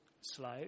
slow